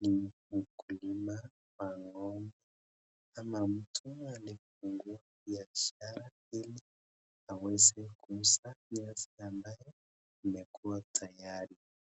ni mkulima wa ng'ombe ama mtu alifungua biashara ili aweze kuuza nyasi ambazo zimekuwa tayari.